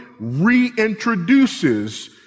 reintroduces